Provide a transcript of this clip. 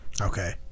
Okay